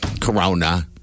Corona